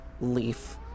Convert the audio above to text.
Leaf